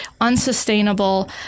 unsustainable